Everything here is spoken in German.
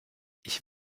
ich